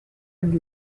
and